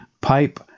pipe